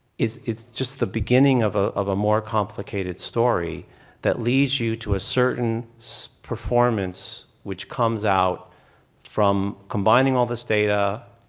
it's it's just the beginning of ah of a more complicated story that leads you to a certain so performance which comes out from combining all this data,